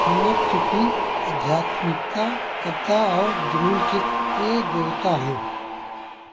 honour चुप्पी आध्यात्मिकता कविता और जुनून की ये देवता हैं